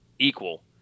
Equal